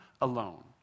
alone